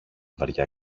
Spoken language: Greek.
βαριά